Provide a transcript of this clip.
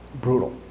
brutal